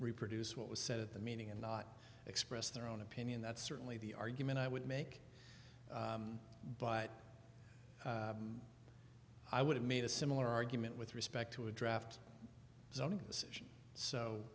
reproduce what was said at the meeting and not express their own opinion that's certainly the argument i would make but i would have made a similar argument with respect to a draft